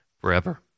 forever